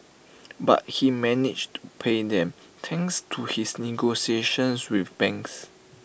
but he managed to pay them thanks to his negotiations with banks